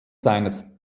seines